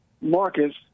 Marcus